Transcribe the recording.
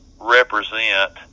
represent